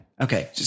Okay